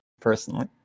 personally